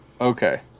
Okay